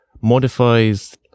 modifies